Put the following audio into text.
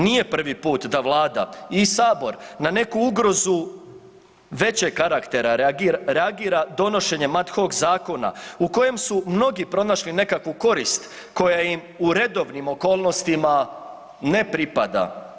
Nije prvi put da vlada i sabor na neku ugrozu većeg karaktera reagira donošenjem ad hoc zakona u kojem su mnogi pronašli nekakvu korist koja im u redovnim okolnostima ne pripada.